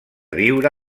viure